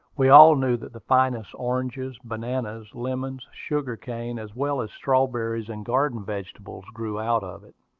we all knew that the finest oranges, bananas, lemons, sugar-cane, as well as strawberries and garden vegetables, grew out of it.